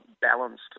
balanced